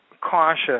cautious